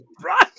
Right